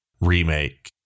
remake